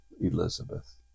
Elizabeth